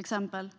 exempel på Libyen!